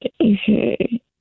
Okay